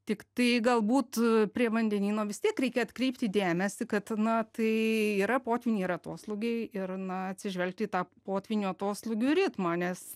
tik tai galbūt prie vandenyno vis tiek reikia atkreipti dėmesį kad na tai yra potvyniai ir atoslūgiai ir na atsižvelgti į tą potvynių atoslūgių ritmą nes